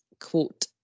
Quote